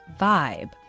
vibe